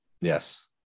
Yes